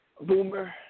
Boomer